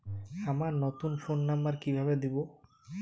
আমার নতুন phone number কিভাবে দিবো?